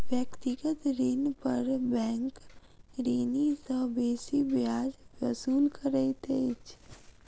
व्यक्तिगत ऋण पर बैंक ऋणी सॅ बेसी ब्याज वसूल करैत अछि